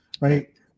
right